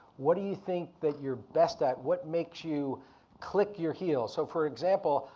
what do you think that you're best at? what makes you click your heels? so for example,